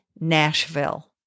Nashville